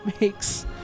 makes